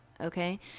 okay